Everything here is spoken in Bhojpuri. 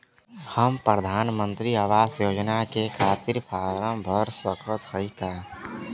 हम प्रधान मंत्री आवास योजना के खातिर फारम भर सकत हयी का?